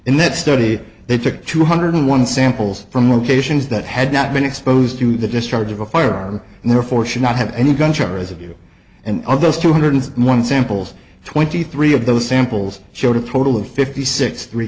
in that study they took two hundred one samples from locations that had not been exposed to the discharge of a firearm and therefore should not have any gunshot residue and all those two hundred one samples twenty three of those samples showed a total of fifty six three